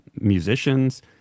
musicians